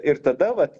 ir tada vat